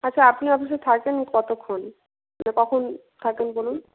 আচ্ছা আপনি অফিসে থাকেন কতক্ষণ যে কখন থাকেন বলুন